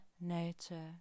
nature